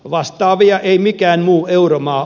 vastaavia ei mikään muu euromaa